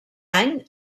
any